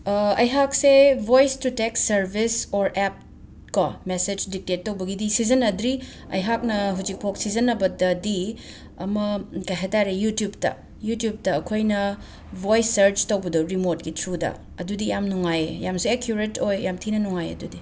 ꯑꯩꯍꯥꯛꯁꯤ voice to text service or app message detect ꯇꯧꯕꯒꯤꯗꯤ ꯁꯤꯖꯤꯟꯅꯗ꯭ꯔꯤ ꯑꯩꯍꯥꯛꯅ ꯍꯧꯖꯤꯛꯐꯥꯎꯕ ꯁꯤꯖꯤꯟꯅꯕꯗꯗꯤ ꯑꯃ ꯀꯔꯤ ꯍꯥꯏꯇꯥꯔꯦ ꯌꯨꯇ꯭ꯌꯨꯞꯇ ꯌꯨꯇ꯭ꯌꯨꯞꯇ ꯑꯩꯈꯣꯏꯅ ꯕꯣꯏꯁ ꯁꯔꯆ ꯇꯧꯕꯗꯣ ꯔꯤꯃꯣꯠꯀꯤ ꯊ꯭ꯔꯨꯗ ꯑꯗꯨꯗꯤ ꯌꯥꯝ ꯅꯨꯡꯉꯥꯏꯌꯦ ꯌꯥꯝꯅꯁꯨ ꯑꯦꯀ꯭ꯌꯨꯔꯦꯠ ꯑꯣꯏ ꯌꯥꯝ ꯊꯤꯅ ꯅꯨꯡꯉꯥꯏꯌꯦ ꯑꯗꯨꯗꯤ